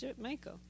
Michael